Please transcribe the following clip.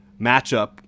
matchup